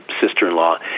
sister-in-law